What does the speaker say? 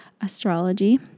astrology